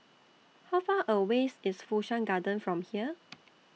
How Far away IS Fu Shan Garden from here